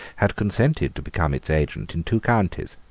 had consented to become its agent in two counties.